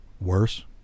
worse